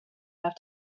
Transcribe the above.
have